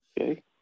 Okay